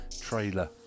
trailer